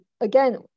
again